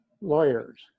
lawyers